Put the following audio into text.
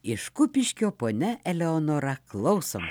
iš kupiškio ponia eleonora klausom